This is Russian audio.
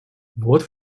вот